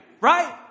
right